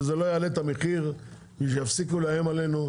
וזה לא יעלה את המחיר, אז שיפסיקו לאיים עלינו.